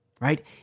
right